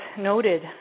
noted